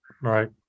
Right